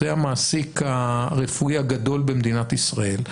זה המעסיק הרפואי הגדול במדינת ישראל,